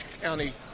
County